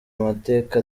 amateka